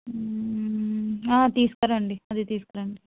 తీసుకురండి అది తీసుకురండి